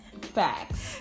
Facts